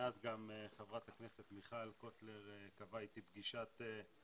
מאז גם חברת הכנסת מיכל קוטלר קבעה איתי פגישת מעקב